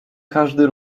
każdy